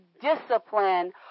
discipline